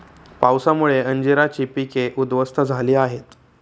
पावसामुळे अंजीराची पिके उध्वस्त झाली आहेत